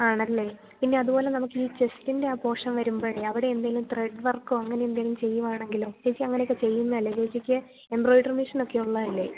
ആണല്ലേ പിന്നെ അതുപോലെ നമുക്കീ ചെസ്റ്റിൻ്റെ ആ പോഷൻ വരുമ്പോള് അവിടെ എന്തെങ്കിലും ത്രെഡ് വർക്കോ അങ്ങനെയെന്തെങ്കിലും ചെയ്യുകയാണെങ്കിലോ ചേച്ചി അങ്ങനെയൊക്കെ ചെയ്യുന്നതല്ലേ ചേച്ചിക്ക് എംബ്രൊയ്ഡറി മെഷീനൊക്കെയുള്ളതല്ലേ